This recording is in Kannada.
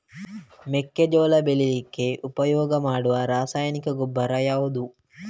ಮೆಕ್ಕೆಜೋಳ ಬೆಳೀಲಿಕ್ಕೆ ಉಪಯೋಗ ಮಾಡುವ ರಾಸಾಯನಿಕ ಗೊಬ್ಬರ ಯಾವುದು?